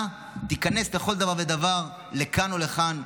אתה תיכנס לכל דבר ודבר, לכאן או לכאן.